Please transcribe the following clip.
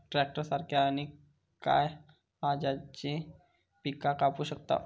Tractor सारखा आणि काय हा ज्याने पीका कापू शकताव?